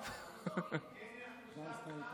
אמרת.